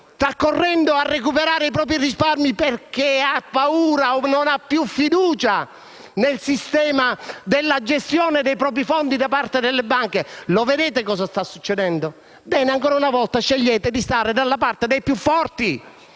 sta correndo a recuperare i propri risparmi perché ha paura o non ha più fiducia nel sistema della gestione dei propri fondi da parte delle banche. Lo vedete cosa sta accadendo? Ancora una volta scegliete di stare dalla parte dei più forti.